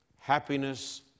Happiness